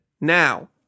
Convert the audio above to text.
Now